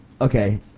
Okay